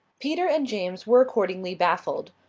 peter and james were accordingly baffled.